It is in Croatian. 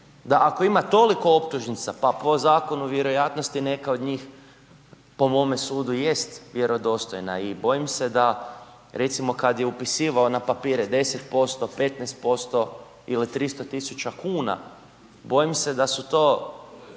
da ako ima toliko optužnica pa po zakonu vjerojatno je neka od njih, po mome sudu jest vjerodostojna i bojim se da recimo kad je upisivao na papire 10%, 15% ili 300 000 kuna, bojim se da su to